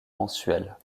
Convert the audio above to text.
mensuelle